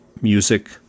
music